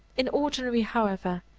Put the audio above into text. in ordinary, however,